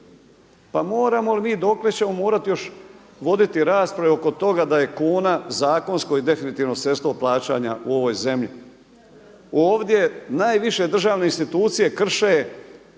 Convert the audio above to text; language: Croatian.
Pa moramo li mi, pa dokle ćemo morati još voditi rasprave oko toga da je kuna zakonsko i definitivno sredstvo plaćanja u ovoj zemlji? Ovdje najviše državne institucije krše